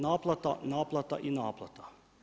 Naplata, naplata i naplata.